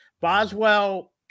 Boswell